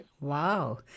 Wow